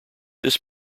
this